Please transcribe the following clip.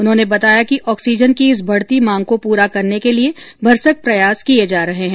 उन्होंने बताया कि ऑक्सीजन की इस बढती मांग को पूरा करने के लिए भरसक प्रयास किए जा रहे है